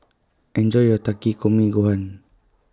Enjoy your Takikomi Gohan